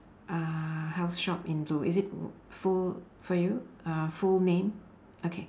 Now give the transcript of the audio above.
uh health shop in blue is it full for you uh full name okay